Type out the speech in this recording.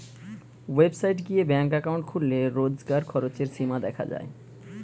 website গিয়ে bank account খুললে রোজকার খরচের সীমা দেখা যায়